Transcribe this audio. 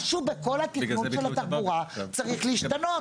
משהו בכול התכנון של התחבורה צריך להשתנות.